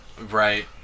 right